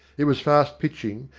it was fast pitching,